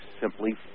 simply